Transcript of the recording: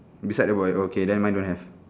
beside the boy okay never mind don't have